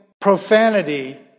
profanity